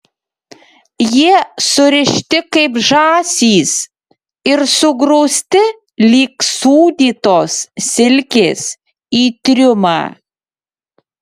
jie surišti kaip žąsys ir sugrūsti lyg sūdytos silkės į triumą